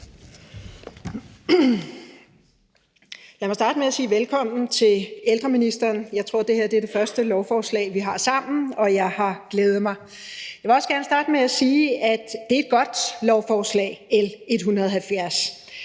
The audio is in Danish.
Lad mig starte med at sige velkommen til ældreministeren. Jeg tror, det her er det første lovforslag, vi har sammen, og jeg har glædet mig. Jeg vil også gerne starte med at sige, at det er godt lovforslag, L 170.